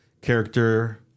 character